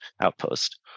outpost